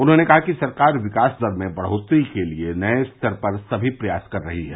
उन्होंने कहा कि सरकार विकास दर में बढ़ोतरी के लिए नये स्तर पर सभी प्रयास कर रही है